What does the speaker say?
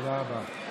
תודה רבה.